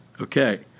Okay